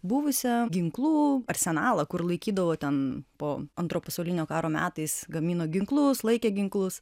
buvusią ginklų arsenalą kur laikydavo ten po antro pasaulinio karo metais gamino ginklus laikė ginklus